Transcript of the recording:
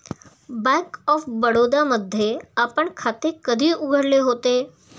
Bank of Baroda मध्ये आपण खाते कधी उघडले होते?